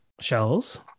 shells